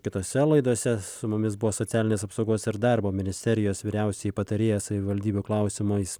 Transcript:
kitose laidose su mumis buvo socialinės apsaugos ir darbo ministerijos vyriausioji patarėja savivaldybių klausimais